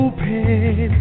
Open